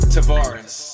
Tavares